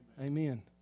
Amen